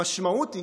המשמעות היא